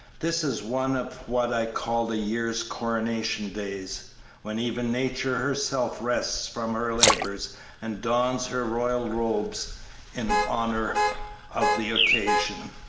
this is one of what i call the year's coronation days when even nature herself rests from her labors and dons her royal robes in honor of the occasion.